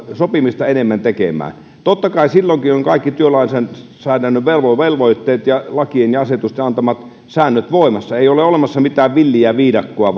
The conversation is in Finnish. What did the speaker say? sopimista enemmän tekemään totta kai silloinkin ovat kaikki työlainsäädännön velvoitteet ja lakien ja asetusten antamat säännöt voimassa ei ole olemassa mitään villiä viidakkoa